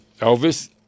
Elvis